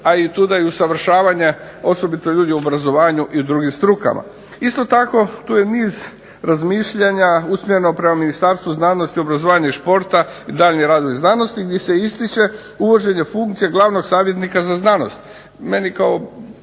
a i tu je da usavršavanje osobito ljudi u obrazovanju i drugim strukama. Isto tako tu je niz razmišljanja usmjereno prema Ministarstvu znanosti, obrazovanja i športa i daljnji radovi u znanosti gdje se ističe uvoženje funkcije glavnog savjetnika za znanost.